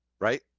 right